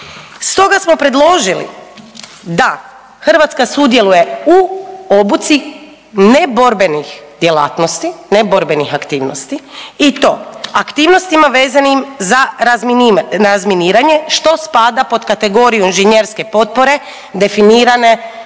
Stoga smo predložili da Hrvatska sudjeluje u obuci neborbenih djelatnosti, neborbenih aktivnosti i to aktivnostima vezanim za razminiranje što spada pod kategoriju inženjerske potpore definirane